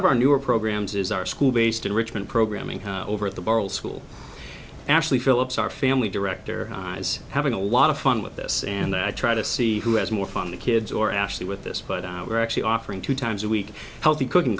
of our newer programs is our school based enrichment program over at the school actually phillips our family director is having a lot of fun with this and i try to see who has more fun the kids or actually with this but we're actually offering two times a week healthy cooking